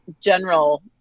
general